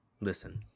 Listen